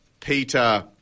Peter